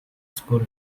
school